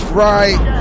right